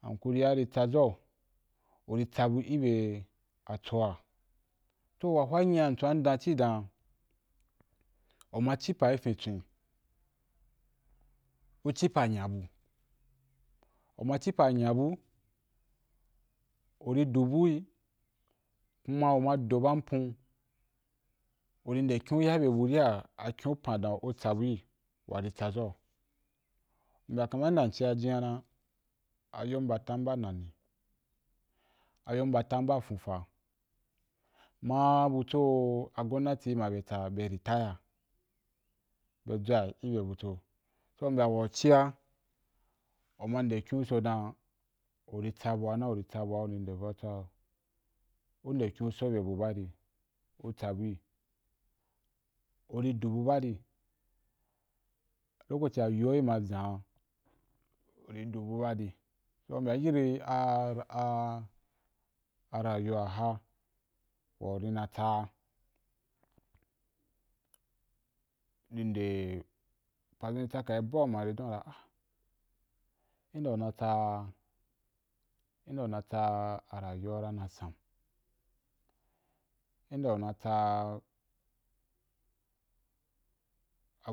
So hakuri’a ri tsaʒa’u, uri tsabu’i be cio wa, to wa hwa nyina m chon m da cii dan, u ma ci pa i fintswen, u ci pa’ nya bu, u ri du bui kuma u ma do ba’ mpon, u ri nde kin ya be bu ba dan akin pan bui, kuma ri tsaʒa’u u mbyaa kama nde wa m cia jin’a ayom ba atam ba na ni ayo ba tam ba’ fonfa, na butso gomnati ma be tsa’ be retaya, be dʒuni yi ye butso, so u mbyaa wa cia u ma nde kini’u so dān u ri tsubu’a na u tsabu’a na u nde kin’u, so be bu bari uri du bu, bari lokaci’a yoi ma ʒan u ri du bu bari, so u mbyaa yi be rayuwa waha wa u ri na tsa’a ī nda padʒun i tsaka bau ma i danyi danra nde wa u na tsa rayuwa u ra na san, nde au u na tsa’